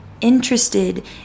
interested